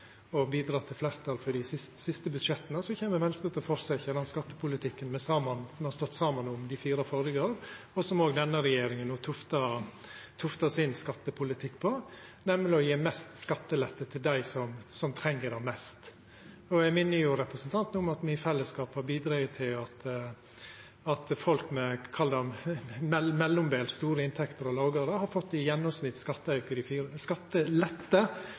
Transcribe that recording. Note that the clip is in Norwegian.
og bidrege til å få fleirtal for dei siste budsjetta, kjem Venstre til å halda fram med den skattepolitikken me har stått saman om dei fire føregåande åra, og som òg denne regjeringa no tuftar sin skattepolitikk på, nemleg å gje mest skattelette til dei som treng det mest. Eg minner representanten om at me i fellesskap har bidrege til at folk med mellombels store inntekter og lågare i gjennomsnitt har fått ei skattelette dei siste fire åra på rundt 8 000 kr – kombinert med alt det me har gjort for